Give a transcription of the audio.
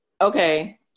okay